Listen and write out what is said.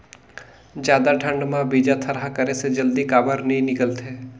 जादा ठंडा म बीजा थरहा करे से जल्दी काबर नी निकलथे?